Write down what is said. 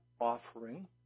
offering